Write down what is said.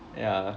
yeah